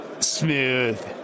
Smooth